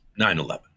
9-11